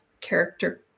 character